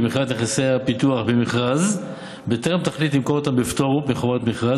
מכירת נכסי רשות הפיתוח במכרז בטרם תחליט למכור אותם בפטור מחובת מכרז,